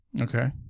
Okay